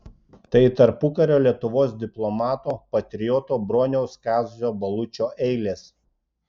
tai tarpukario lietuvos diplomato patrioto broniaus kazio balučio eilės